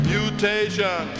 Mutation